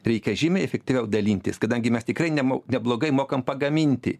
reikia žymiai efektyviau dalintis kadangi mes tikrai neb neblogai mokam pagaminti